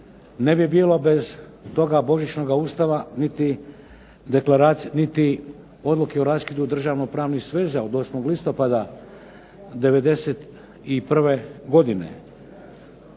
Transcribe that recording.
ne bi bilo bez toga "božićnoga Ustava" niti Odluke o raskidu državno-pravnih sveza od 8. listopada '91. godine.